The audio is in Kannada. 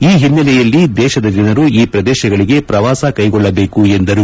ಈ ಹಿನ್ನೆಲೆಯಲ್ಲಿ ದೇಶದ ಜನರು ಈ ಪ್ರದೇಶಗಳಿಗೆ ಪ್ರವಾಸ ಕೈಗೊಳ್ಳಬೇಕು ಎಂದರು